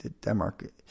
Denmark